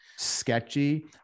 sketchy